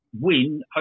win